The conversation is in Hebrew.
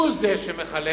הוא זה שמחלק,